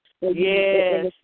Yes